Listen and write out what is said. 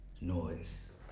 noise